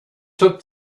took